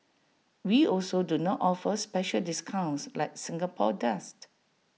we also do not offer special discounts like Singapore dust